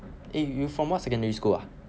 eh you from what secondary school ah